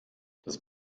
das